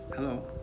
Hello